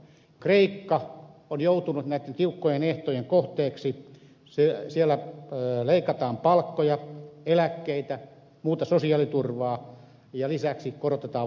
kreikka on joutunut näitten tiukkojen ehtojen kohteeksi siellä leikataan palkkoja eläkkeitä muuta sosiaaliturvaa ja lisäksi korotetaan veroja